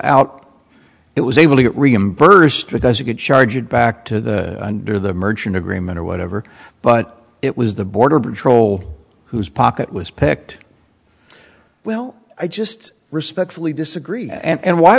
out it was able to get reimbursed because you could charge it back to the under the merchant agreement or whatever but it was the border patrol whose pocket was picked well i just respectfully disagree and